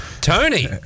Tony